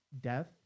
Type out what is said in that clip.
death